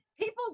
people